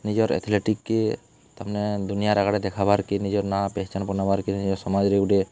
ନିଜର ଏଥଲେଟିକ୍ ତାମାନେ ଦୁନିଆ ଆଗରେ ଦେଖାଇବାର ନିଜର ନାଁ ପେହେଚାନ ବନାଇବାର ନିଜର ସମାଜରେ ଗୋଟେ